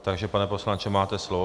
Takže pane poslanče, máte slovo.